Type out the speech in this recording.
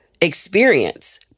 experience